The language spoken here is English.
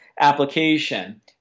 application